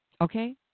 Okay